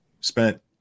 spent –